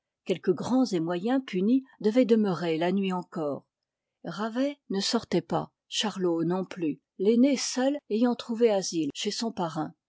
quelques grands et moyens punis devaient demeurer la nuit encore ravet ne sortait pas charlot non plus l'aîné seul ayant trouvé asile chez son parrain